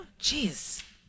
Jeez